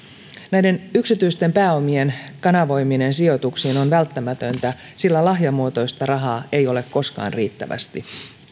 näiden yksityisten pääomien kanavoiminen sijoituksiin on välttämätöntä sillä lahjamuotoista rahaa ei ole koskaan riittävästi